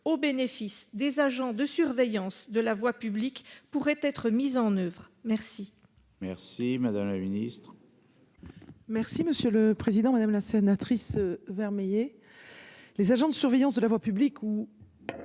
au bénéfice des agents de surveillance de la voie publique pourrait être mise en oeuvre. Merci, merci madame la ministre. Merci monsieur le président, madame la sénatrice Vermeillet. Les agents de surveillance de la voie publique ou.